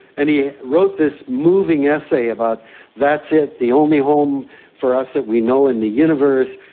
and he wrote this moving essay about that's it, the only home for us that we know in the universe,